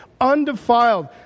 undefiled